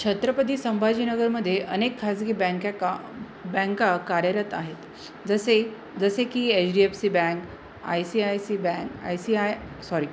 छत्रपती संभाजीनगरमध्ये अनेक खाजगी बँक्याका बँका कार्यरत आहेत जसे जसे की H D F C bank I C I C bank I C I sorry